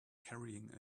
carrying